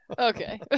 Okay